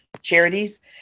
charities